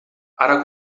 ara